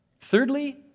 Thirdly